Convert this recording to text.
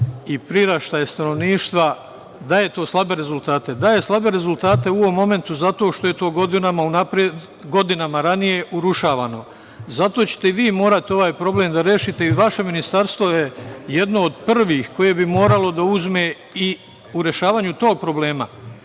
i priraštaj stanovništva daje to slabe rezultate. Daje slabe rezultate u ovom momentu zato što je to godinama ranije urušavano. Zato ćete vi morati ovaj problem da rešite i vaše ministarstvo je jedno od prvih koje bi moralo da uzme i u rešavanje tog problema,